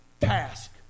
task